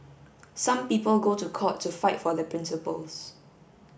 some people go to court to fight for their principles